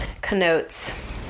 connotes